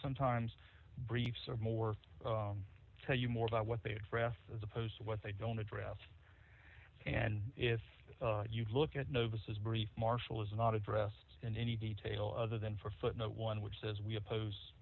sometimes briefs are more tell you more about what they express as opposed to what they don't address and if you look at notices brief marshall is not addressed in any detail other than for footnote one which says we oppose